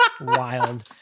wild